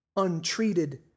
untreated